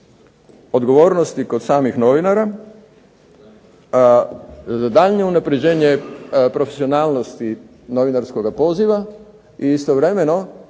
odgovornosti kod samih novinara, za daljnje unapređenje profesionalnosti novinarskoga poziva i istovremeno